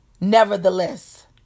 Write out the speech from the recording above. nevertheless